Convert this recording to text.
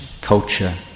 culture